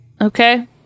Okay